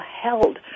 held